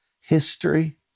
History